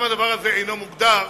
גם הדבר הזה אינו מוגדר.